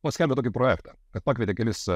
paskelbė tokį projektą kad pakvietė kelis